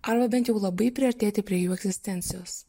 arba bent jau labai priartėti prie jų egzistencijos